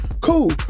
cool